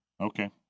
Okay